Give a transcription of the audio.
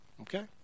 Okay